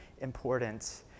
important